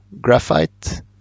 graphite